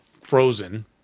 frozen